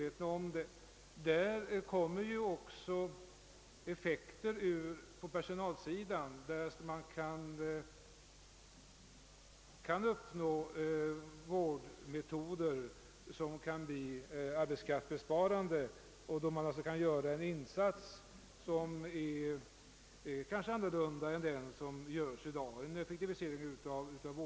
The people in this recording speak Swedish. Denna verksamhet inverkar även på personalsidan, därest man kan finna vårdmetoder som blir arbetskraftsbesparande och därmed möjliggör en insats av annat slag än dagens.